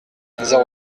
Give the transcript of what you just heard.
zéro